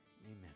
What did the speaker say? Amen